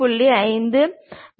5 மி